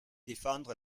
défendre